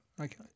Okay